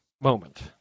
moment